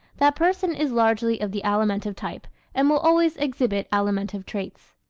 that person is largely of the alimentive type and will always exhibit alimentive traits.